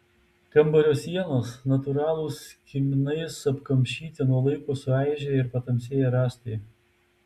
kambario sienos natūralūs kiminais apkamšyti nuo laiko suaižėję ir patamsėję rąstai